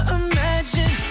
imagine